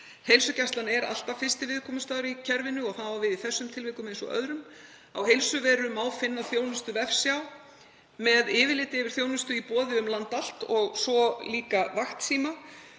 Heilsugæslan er alltaf fyrsti viðkomustaður í kerfinu og það á við í þessum tilvikum eins og öðrum. Á Heilsuveru má finna þjónustuvefsjá með yfirliti yfir þjónustu í boði um land allt og svo líka vaktsíma.